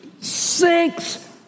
six